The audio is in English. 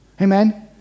Amen